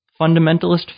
fundamentalist